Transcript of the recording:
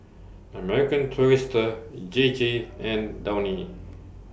American Tourister J J and Downy